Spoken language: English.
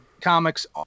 Comics